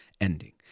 ending